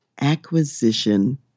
acquisition